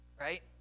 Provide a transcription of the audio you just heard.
right